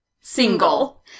single